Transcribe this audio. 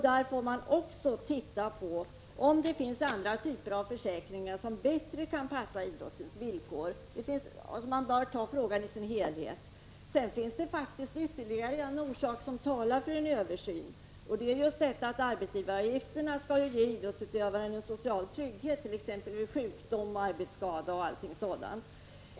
Där får man också se på om det finns andra typer av försäkringar som bättre passar idrottens villkor. Den här frågan bör alltså behandlas i sin helhet. Det finns faktiskt ytterligare något som talar för en översyn. Arbetsgivaravgifterna skall ju ge idrottsutövaren en social trygghet, t.ex. vid sjukdom, arbetsskada och annat sådant.